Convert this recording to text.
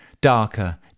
darker